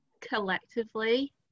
collectively